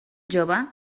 jove